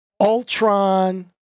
Ultron